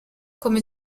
come